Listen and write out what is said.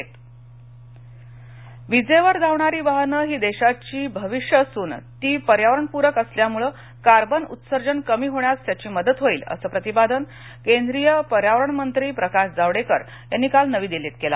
जिक्ट्रिक वाहने जावडेकर विजेवर धावणारी वाहने ही देशाचे भविष्य असुन ती पर्यावरण पूरक असल्यामुळे कार्बन उत्सर्जन कमी होण्यास त्याची मदत होईल असं प्रतिपादन केंद्रीय पर्यावरण मंत्री प्रकाश जावडेकर यांनी काल नवी दिल्लीत केलं